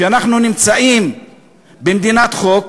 אנחנו נמצאים במדינת חוק,